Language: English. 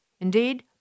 Indeed